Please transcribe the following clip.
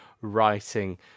writing